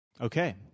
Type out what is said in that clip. Okay